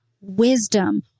wisdom